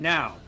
Now